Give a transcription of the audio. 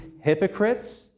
hypocrites